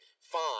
fine